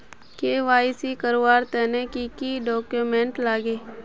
KYC करवार तने की की डॉक्यूमेंट लागे?